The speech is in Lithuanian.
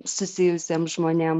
susijusiem žmonėm